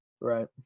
Right